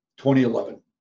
2011